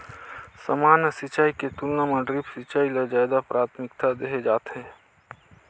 सामान्य सिंचाई के तुलना म ड्रिप सिंचाई ल ज्यादा प्राथमिकता देहे जाथे